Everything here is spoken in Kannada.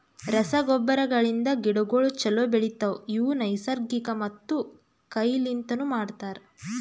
ರಸಗೊಬ್ಬರಗಳಿಂದ್ ಗಿಡಗೋಳು ಛಲೋ ಬೆಳಿತವ, ಇವು ನೈಸರ್ಗಿಕ ಮತ್ತ ಕೈ ಲಿಂತನು ಮಾಡ್ತರ